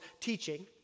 teaching